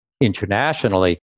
internationally